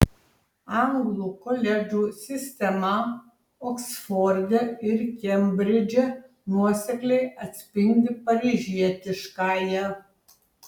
anglų koledžų sistema oksforde ir kembridže nuosekliai atspindi paryžietiškąją